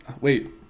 Wait